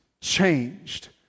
changed